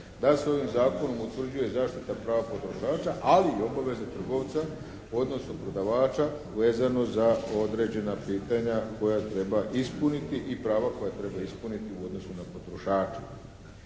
da se ovim zakonom utvrđuje zaštita prava potrošača ali i obaveze trgovca, odnosno prodavača vezano za određena pitanja koja treba ispuniti i prava koja treba ispuniti u odnosu na potrošače.